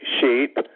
sheep